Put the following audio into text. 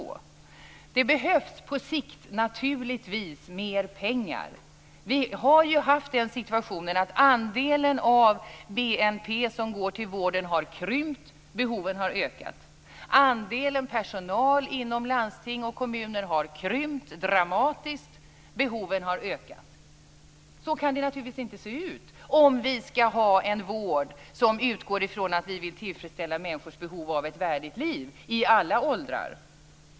På sikt behövs det naturligtvis mer pengar. Andelen av BNP som går till vården har ju krympt, medan behoven har ökat. Andelen personal inom landsting och kommuner har krympt dramatiskt, och behoven har ökat. Så kan det naturligtvis inte se ut om vi skall ha en vård som utgår från att vi vill tillfredsställa människors behov av ett värdigt liv i alla åldrar.